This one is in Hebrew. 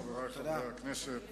אדוני היושב-ראש, חברי חברי הכנסת,